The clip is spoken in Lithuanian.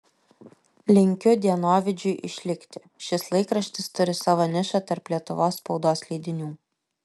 linkiu dienovidžiui išlikti šis laikraštis turi savo nišą tarp lietuvos spaudos leidinių